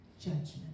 judgment